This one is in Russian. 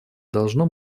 должно